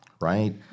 right